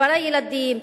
מספר הילדים,